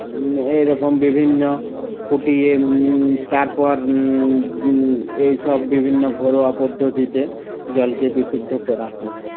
এই রকম বিভিন্ন ফুটিয়ে তারপর এইসব বিভিন্ন ঘরোয়া পদ্ধতিতে জলকে বিশুদ্ধ করা হয়